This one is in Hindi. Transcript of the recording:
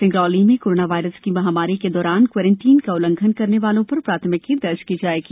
सिंगरौली में कोरोना वायरस की महामारी के दौरान क्वारेंटाइन का उल्लंघन करने वालों पर प्राथमिकी दर्ज की जायेगी